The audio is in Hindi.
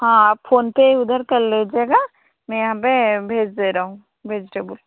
हाँ आप फोन पे उधर कर लीजिएगा मैं यहाँ पर भेज दे रहा हूँ वेजिटेबुल